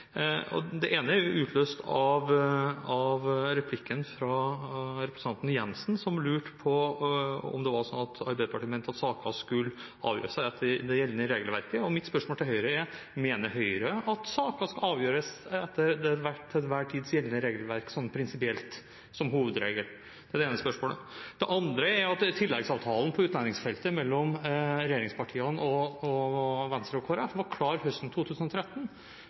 som lurte på om det var sånn at Arbeiderpartiet mente at saker skulle avgjøres etter det gjeldende regelverket. Mitt spørsmål til Høyre er: Mener Høyre at saker skal avgjøres etter det til enhver tid gjeldende regelverk, sånn prinsipielt som hovedregel? Det er det ene spørsmålet. Det andre er at tilleggsavtalen på utlendingsfeltet mellom regjeringspartiene og Venstre og Kristelig Folkeparti var klar høsten 2013.